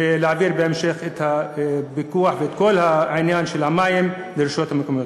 ולהעביר בהמשך את הפיקוח ואת כל העניין של המים לרשויות המקומיות.